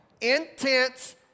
intense